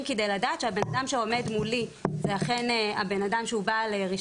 כדי לדעת שהבן-אדם שעומד מולי זה אכן בעל רישיון